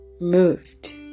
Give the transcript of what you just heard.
moved